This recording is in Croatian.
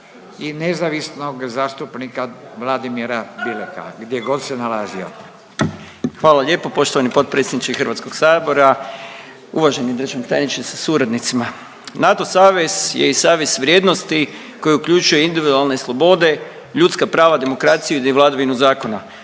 i nezavisnog zastupnika Vladimira Bileka gdje god se nalazio. **Klasić, Darko (HSLS)** Hvala lijepo poštovani potpredsjedniče Hrvatskog sabora, uvaženi državni tajniče sa suradnicima. NATO savez je i savez vrijednosti koji uključuje i individualne slobode, ljudska prava, demokraciju, vladavinu zakona.